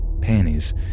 panties